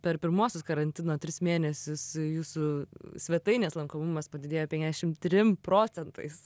per pirmuosius karantino tris mėnesius jūsų svetainės lankomumas padidėjo penkiasdešim trim procentais